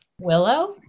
Willow